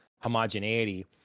homogeneity